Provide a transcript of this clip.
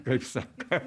kaip sako